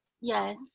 Yes